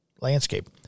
landscape